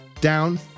down